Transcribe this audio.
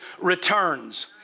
returns